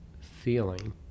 feeling